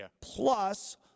Plus